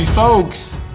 Folks